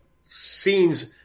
scenes